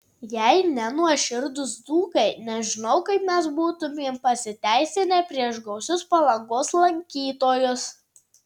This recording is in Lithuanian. jei ne nuoširdūs dzūkai nežinau kaip mes būtumėm pasiteisinę prieš gausius palangos lankytojus